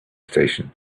station